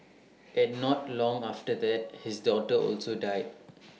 and not long after that his daughter also died